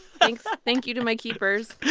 thanks. ah thank you to my keepers.